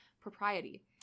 Propriety